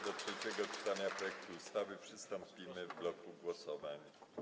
Do trzeciego czytania projektu ustawy przystąpimy w bloku głosowań.